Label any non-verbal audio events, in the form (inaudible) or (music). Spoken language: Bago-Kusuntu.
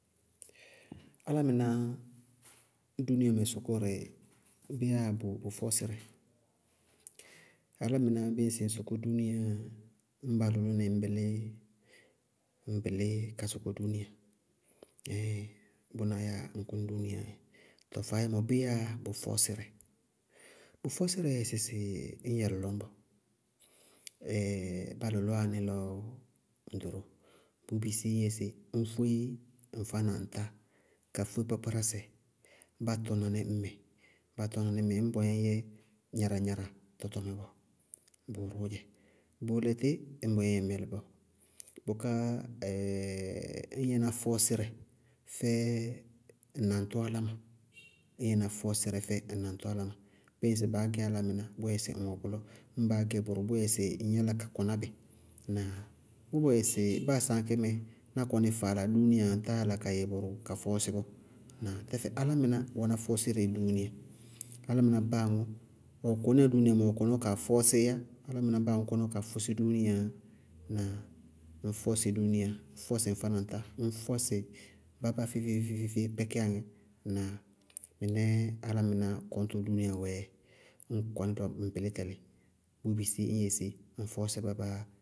Álámɩná dúúniayamɛ sɔkɔrɛ, bé yáa bʋ bʋ fɔɔsírɛ? Álámɩná bíɩ ŋsɩ ŋ sɔkɔ dúúniaá, ñŋ ba lʋlʋ nɩ ŋñ bɩlí, ŋñ bɩlí ka sɔkɔ dúúniaá. Ɩíɩŋ! Bʋná yáa ŋ kɔní dúúniaá dzɛ. Tɔɔ faáyé mɔ, bé yáa bʋ fɔɔsírɛ? Bʋ fɔɔsírɛɛ dzɛ sɩ ñ yɛ lɔlɔñbɔ (hesitation) bá lʋlʋwá ní lɔ ŋ ɖoróo, bʋʋ bisí ñ yɛ sé? Ñ fóé ŋfá na ŋtá, ka fóé kpákpárásɛ, ñŋ baá tɔñ naní, ñ mɩ ñ bɔyɛ ŋñyɛ gnaragnara tɔtɔmɛ bɔɔ, bʋrʋʋ dzɛ, bʋʋlɛtɩ ñ bɔyɛ ŋñ mɛlí bɔɔ, bʋká (hesitation) ñ yɛná fɔɔsírɛ fɛ ŋ naŋtʋ áláma, ñ yɛná fɔɔsírɛ fɛ ŋ naŋtʋ áláma. Bíɩ ŋsɩ baá gɛ álámɩná, bʋyɛ sɩ ŋ wɛ bʋlɔ, ŋ baá gɛ bʋrʋ bʋyɛsɩ ŋ yálá ka kɔná bɩ. Ŋnáa? Bʋ bɔ yɛsɩ báa sáa aŋkɛ mɛ ná kɔní faala dúúnia yá ŋtáa yála ka yɛ bʋrʋ ka fɔɔ fɔɔsí bɔɔ na tɛfɛ álámɩná wɛná fɔɔsírɛ dúúnia. Álámɩná báa aŋʋ, ɔɔ kɔníya dúúnia mɔɔ ɔ kɔní ɔ kaa fɔɔsiíyá, álámɩná báa aŋʋ kɔní ɔ kaa fɔɔsí dúúnia yá. Ŋnáa? Ŋñ fɔɔsí dúúnia, ŋñ fɔɔsí ŋfá na ŋtá, ŋñ fɔɔsí bá baá feé-feé-feé-feé-feé kpɛkíyá ní. Ŋnáa? Mɩnɛɛ álámɩná kɔnítɔ dúúnia wɛɛdzɛ, ñŋ kɔní lɔ ŋ bɩlí tɛlɩ, bʋʋ bisí ñ yɛ sé? Ññ fɔɔsí bá baá.